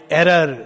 error